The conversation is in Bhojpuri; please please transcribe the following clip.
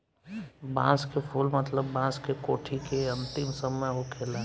बांस के फुल मतलब बांस के कोठी के अंतिम समय होखेला